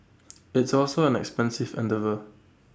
it's also an expensive endeavour